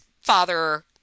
father